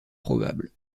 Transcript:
probable